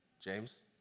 James